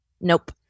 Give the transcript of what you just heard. Nope